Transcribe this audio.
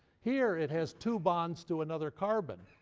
here it has two bonds to another carbon.